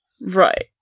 Right